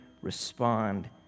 respond